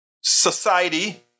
society